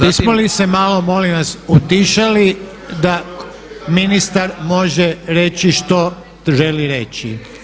Bismo li se malo molim vas utišali da ministar može reći što želi reći?